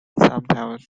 sometimes